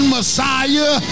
Messiah